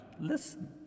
listen